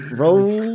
roll